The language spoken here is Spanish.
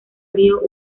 río